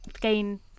gain